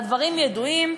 הדברים ידועים,